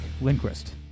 Lindquist